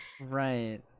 Right